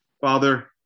Father